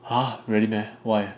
!huh! really meh why